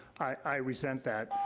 i resent that.